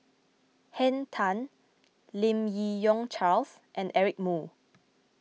Henn Tan Lim Yi Yong Charles and Eric Moo